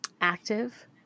active